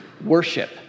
worship